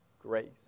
grace